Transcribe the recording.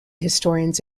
historians